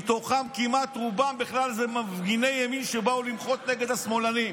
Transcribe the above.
ומתוכם רובם בכלל זה מפגיני ימין שבאו למחות נגד השמאלנים.